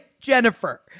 Jennifer